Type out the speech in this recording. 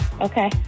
Okay